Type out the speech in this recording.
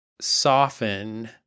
soften